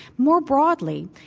more broadly,